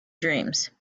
dreams